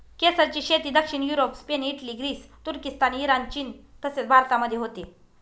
केसरची शेती दक्षिण युरोप, स्पेन, इटली, ग्रीस, तुर्किस्तान, इराण, चीन तसेच भारतामध्ये होते